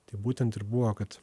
tai būtent ir buvo kad